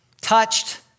touched